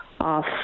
off